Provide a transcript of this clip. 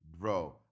bro